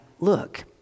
look